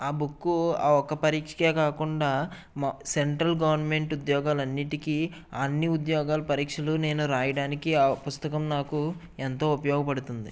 ఆ బుక్కు ఆ ఒక్క పరీక్షకే కాకుండా సెంట్రల్ గవర్నమెంట్ ఉద్యోగాలు అన్నిటికీ అన్ని ఉద్యోగాలు పరీక్షలు నేను రాయడానికి ఆ పుస్తకం నాకు ఎంతో ఉపయోగపడుతుంది